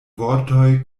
vortoj